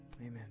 Amen